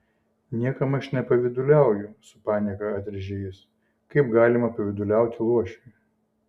niekam aš nepavyduliauju su panieka atrėžė jis kaip galima pavyduliauti luošiui